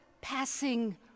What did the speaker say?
passing